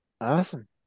Awesome